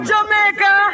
Jamaica